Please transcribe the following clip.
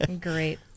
great